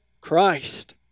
Christ